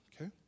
okay